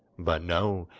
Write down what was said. but no,